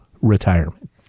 retirement